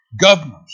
governors